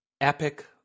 Epic